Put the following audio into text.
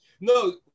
No